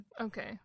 okay